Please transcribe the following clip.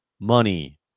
money